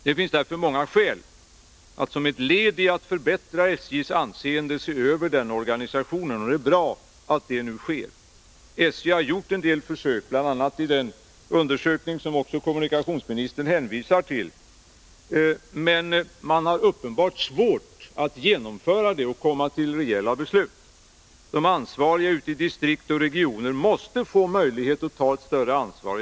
Det finns därför många skäl att, som ett led i att förbättra SJ:s anseende, se över den organisationen. Det är bra att så nu sker. SJ har gjort en del försök, bl.a. i den undersökning som kommunikationsministern hänvisar till, men man har uppenbart svårt för att komma till beslut och genomföra åtgärder. De ansvariga ute i distrikt och regioner måste få möjlighet att ta ett större ansvar.